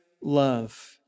love